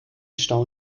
stau